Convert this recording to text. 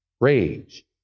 rage